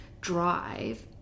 drive